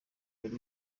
bari